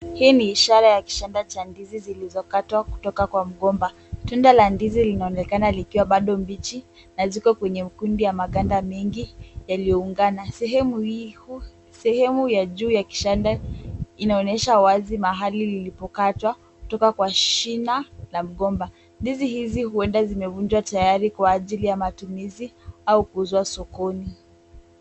Hii ni ishara ya kishada cha ndizi zilizokatwa kutoka kwa mgomba. Tunda la ndizi linaonekana likiwa bado mbichi na ziko kwenye ukumbi wa maganda mengi yaliyoungana. Sehemu hii, sehemu ya juu ya kishada inaonyesha wazi mahali lilipokatwa kutoka kwa shina la mgomba. Ndizi hizi huenda zimevunjwa tayari kwa ajili ya matumizi au kuuzwa sokoni.